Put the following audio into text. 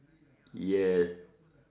yes